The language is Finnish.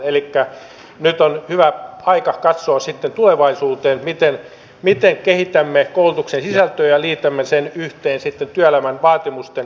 elikkä nyt on hyvä aika katsoa sitten tulevaisuuteen miten kehitämme koulutuksen sisältöjä ja liitämme ne yhteen sitten työelämän vaatimusten kanssa